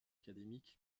académique